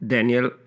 Daniel